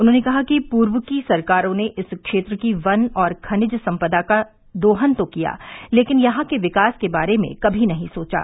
उन्होंने कहा कि पूर्व की सरकारों ने इस क्षेत्र के वन और खनिज संपदा का दोहन तो किया लेकिन यहां के विकास के बारे में कभी नहीं सोचा